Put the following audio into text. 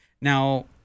Now